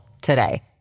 today